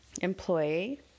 employee